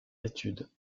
études